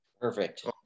perfect